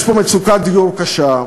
יש פה מצוקת דיור קשה,